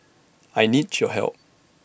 I need your help